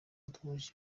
duhuje